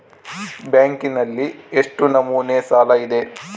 ಬ್ಯಾಂಕಿನಲ್ಲಿ ಎಷ್ಟು ನಮೂನೆ ಸಾಲ ಇದೆ?